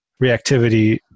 reactivity